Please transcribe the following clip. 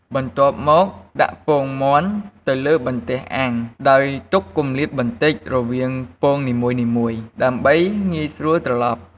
បន្ទាប់មក ដាក់ពងមាន់ទៅលើបន្ទះអាំងដោយទុកគម្លាតបន្តិចរវាងពងនីមួយៗ ដើម្បីងាយស្រួលត្រឡប់។